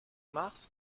mars